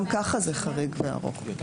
גם כך זה חריג וארוך.